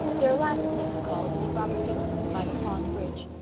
their last place of call was at robert dickson's by the pond bridge.